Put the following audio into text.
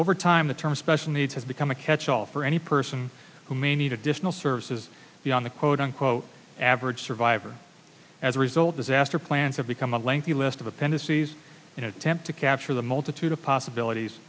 over time the term special needs has become a catch all for any person who may need additional services be on the quote unquote average survivor as a result disaster plans have become a lengthy list of a panda sees an attempt to capture the multitude of possibilities